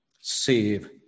save